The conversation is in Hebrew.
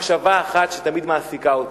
ומחשבה אחת תמיד מעסיקה אותי: